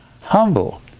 Humble